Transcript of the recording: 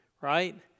right